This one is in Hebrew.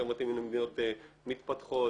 יותר מתאימים למדינות מתפתחות.